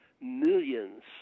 millions